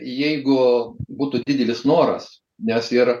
jeigu būtų didelis noras nes ir